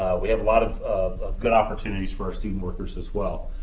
we have a lot of of good opportunities for our student workers as well.